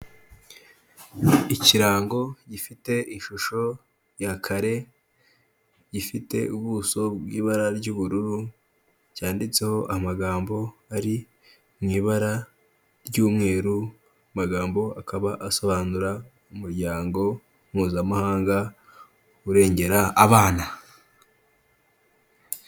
Ikirango gifite ishusho ya kare, gifite ubuso bw'ibara ry'ubururu, cyanditseho amagambo ari mu ibara ry'umweru, amagambo akaba asobanura umuryango Mpuzamahanga urengera abana.